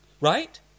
right